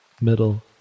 Middle